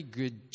good